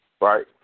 Right